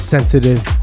Sensitive